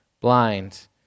blind